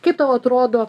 kaip tau atrodo